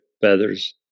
feathers